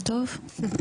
טוב.